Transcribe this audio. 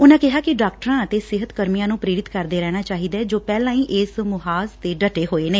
ਉਨਾਂ ਕਿਹਾ ਕਿ ਡਾਕਟਰਾਂ ਅਤੇ ਸਿਹਤ ਕਰਮੀਆਂ ਨੂੰ ਪ੍ਰੇਰਿਤ ਕਰਦੇ ਰਹਿਣਾ ਚਾਹੀਦੈ ਜੋ ਪਹਿਲਾਂ ਹੀ ਇਸ ਮੁਹਾਜ਼ ਤੇ ਡੱਟੇ ਹੋਏ ਨੇ